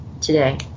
today